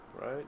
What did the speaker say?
right